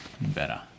better